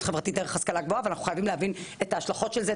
חברתית דרך השכלה גבוהה ואנחנו חייבים להבין את ההשלכות של זה,